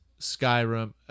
Skyrim